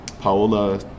Paola